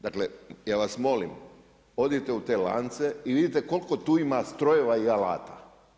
Dakle ja vas molim, odite u te lance i vidite koliko tu ima strojeva i alata.